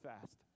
fast